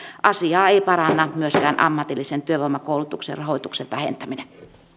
asiaa ei paranna myöskään ammatillisen työvoimakoulutuksen rahoituksen vähentäminen